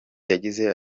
yagize